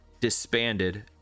disbanded